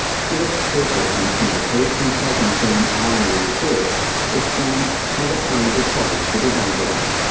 philip kirchlechner from the perth consulting firm iron ore research explains how the palmer deposits were divided up.